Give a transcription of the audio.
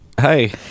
hey